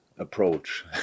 Approach